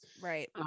Right